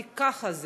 כי ככה זה,